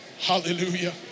Hallelujah